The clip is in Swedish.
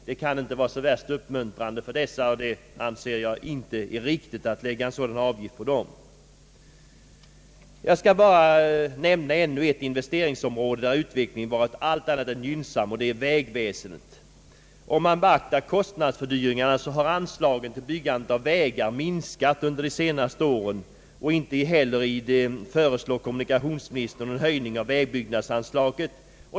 Det kan inte vara uppmuntrande för dem och jag anser det inte riktigt att lägga på en sådan avgift. Jag skall bara nämna ännu ett investeringsområde där utvecklingen varit allt annat än gynnsam. Det är vägväsendet. Om man beaktar kostnadsfördyringarna finner man att anslagen till byggande av vägar minskat under de senaste åren, och inte heller i år föreslår kommunikationsministern en höj ning av vägbyggnadsanslaget.